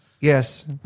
yes